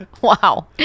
Wow